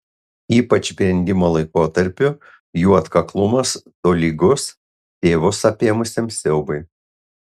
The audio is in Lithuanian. ypač brendimo laikotarpiu jų atkaklumas tolygus tėvus apėmusiam siaubui